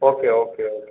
okay okay okay